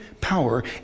power